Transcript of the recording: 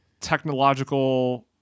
technological